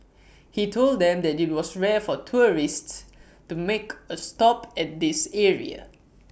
he told them that IT was rare for tourists to make A stop at this area